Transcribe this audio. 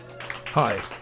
Hi